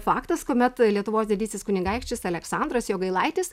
faktas kuomet lietuvos didysis kunigaikštis aleksandras jogailaitis